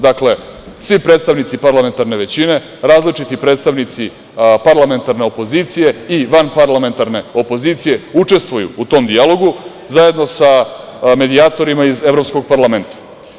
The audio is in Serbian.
Dakle, svi predstavnici parlamentarne većine, različiti predstavnici parlamentarne opozicije i vanparlamentarne opozicije učestvuju u tom dijalogu, zajedno sa medijatorima iz Evropskog parlamenta.